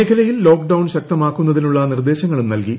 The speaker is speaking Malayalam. മേഖലയിൽ ലോക്ഡൌൺ ശക്തമാക്കുന്നതിനുള്ള നിർദ്ദേശങ്ങളും നൽകി